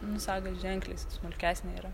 nu saga ženkliai s smulkesnė yra